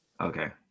Okay